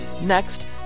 Next